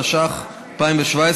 התשע"ח 2017,